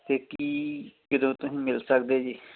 ਅਤੇ ਕੀ ਜਦੋਂ ਤੁਸੀਂ ਮਿਲ ਸਕਦੇ ਜੀ